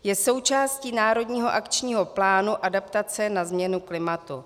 Je součástí Národního akčního plánu adaptace na změnu klimatu.